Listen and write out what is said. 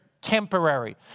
temporary